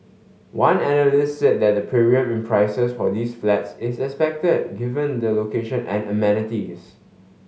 one analyst said that the premium in prices for these flats is expected given the location and amenities